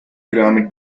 pyramids